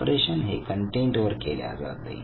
operation हे content वर केल्या जाते